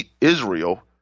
Israel